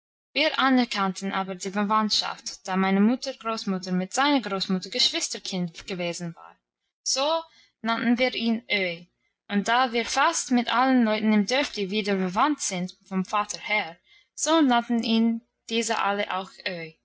wir anerkannten aber die verwandtschaft da meiner mutter großmutter mit seiner großmutter geschwisterkind gewesen war so nannten wir ihn öhi und da wir fast mit allen leuten im dörfli wieder verwandt sind vom vater her so nannten ihn diese alle auch